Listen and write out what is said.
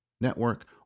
network